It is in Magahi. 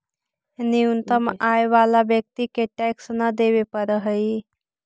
न्यूनतम आय वाला व्यक्ति के टैक्स न देवे पड़ऽ हई